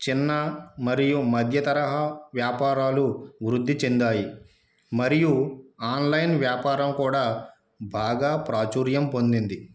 చిన్న మరియు మధ్య తరహా వ్యాపారాలు వృద్ధి చెందాయి మరియు ఆన్లైన్ వ్యాపారం కూడా బాగా ప్రాచుర్యం పొందింది